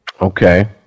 Okay